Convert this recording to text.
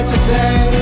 today